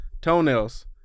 toenails